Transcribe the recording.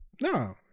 No